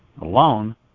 alone